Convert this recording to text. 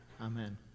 Amen